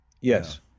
Yes